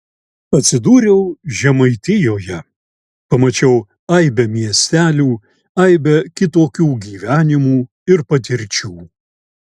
atsidūriau žemaitijoje pamačiau aibę miestelių aibę kitokių gyvenimų ir patirčių